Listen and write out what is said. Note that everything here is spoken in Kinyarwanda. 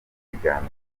ibiganiro